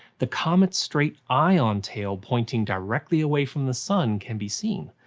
the comet's straight ion tail pointing directly away from the sun can be seen.